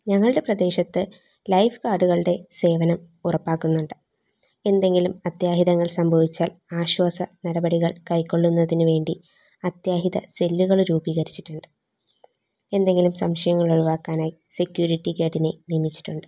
ഞങ്ങളുടെ പ്രദേശത്ത് ലൈഫ് ഗാർഡുകളുടെ സേവനം ഉറപ്പാക്കുന്നുണ്ട് എന്തെങ്കിലും അത്യാഹിതങ്ങൾ സംഭവിച്ചാൽ ആശ്വാസനടപടികൾ കൈകൊള്ളുന്നതിന് വേണ്ടി അത്യാഹിത സെല്ലുകൾ രൂപീകരിച്ചിട്ടുണ്ട് എന്തെങ്കിലും സംശയങ്ങൾ ഒഴിവാക്കാനായി സെക്യൂരിറ്റി ഗാർഡിനെ നിയമിച്ചിട്ടുണ്ട്